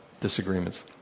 disagreements